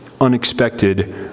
unexpected